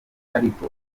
ariko